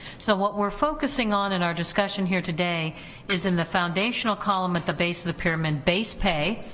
so what we're focusing on in our discussion here today is in the foundational column at the base of the pyramid, base pay.